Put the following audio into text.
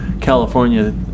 California